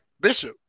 Bishop